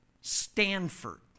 Stanford